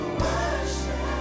worship